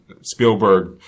Spielberg